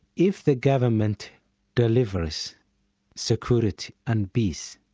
if the government delivers security and peace,